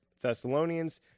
Thessalonians